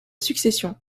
succession